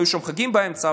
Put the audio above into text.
היו שם חגים באמצע,